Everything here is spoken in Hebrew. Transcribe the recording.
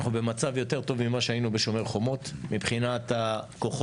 אנחנו במצב יותר טוב ממה שהיינו ב"שומר חומות" מבחינת הכוחות,